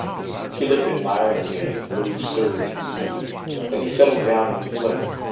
she looked admiringly at his blue serge knees as he settled down into place.